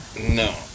No